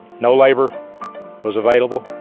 no labor was available.